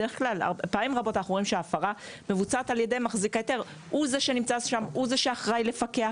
שפעמים רבות מבוצעת על ידי מחזיק ההיתר; הוא זה שנמצא שם ואחראי לפקח.